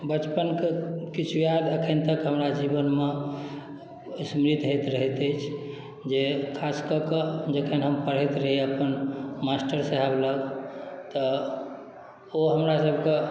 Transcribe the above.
बचपनके किछु याद एखन तक हमरा जीवनमे स्मृत होइत रहैत अछि जे खास कऽ कऽ जखन हम पढ़ैत रही अपन मास्टर साहेब लग तऽ ओ हमरासभके